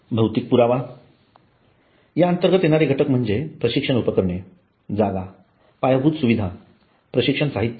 भौतिक पुरावा या अंतर्गत येणारे घटक म्हणजे प्रशिक्षण उपकरणे जागा पायाभूत सुविधा प्रशिक्षण साहित्य